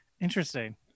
Interesting